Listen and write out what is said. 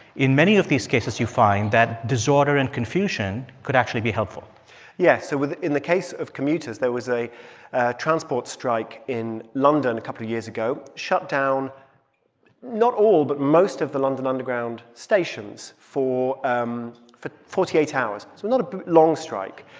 in many of these cases, you find that disorder and confusion could actually be helpful yes. so within the case of commuters, there was a transport strike in london a couple of years ago shut down not all but most of the london underground stations for um for forty eight hours. so not a long strike,